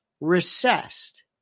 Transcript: recessed